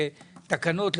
תקנות,